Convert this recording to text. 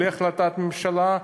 בלי החלטת ממשלה,